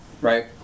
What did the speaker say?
right